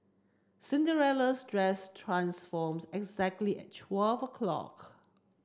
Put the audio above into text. Cinderella's dress transformed exactly at twelve o'clock